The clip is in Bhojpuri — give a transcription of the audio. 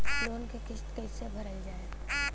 लोन क किस्त कैसे भरल जाए?